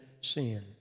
sin